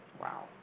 Wow